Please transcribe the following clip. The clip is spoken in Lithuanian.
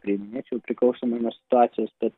priiminėčiau priklausomai nuo situacijos tad